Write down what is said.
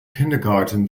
kindergarten